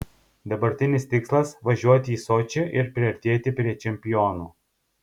dabartinis tikslas važiuoti į sočį ir priartėti prie čempionų